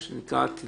זה מה שנקרא עתידי,